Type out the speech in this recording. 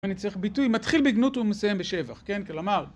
אני צריך ביטוי מתחיל בגנות ומסיים בשבח, כן כלומר